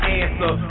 answer